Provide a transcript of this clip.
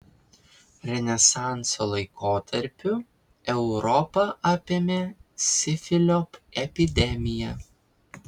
renesanso laikotarpiu europą apėmė sifilio epidemija